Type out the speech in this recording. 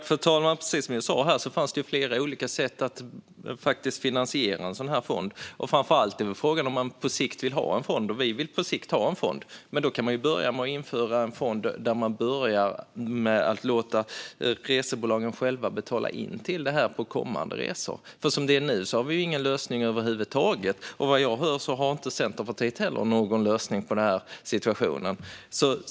Fru talman! Precis som jag sa finns det olika sätt att finansiera en sådan fond. Frågan är framför allt om man på sikt vill ha en fond, och det vill vi. I så fall kan man börja med en fond där man låter resebolagen själva betala in till den genom kommande resor. Som det är nu har vi över huvud taget ingen lösning. Vad jag har förstått har inte heller Centerpartiet någon lösning på situationen.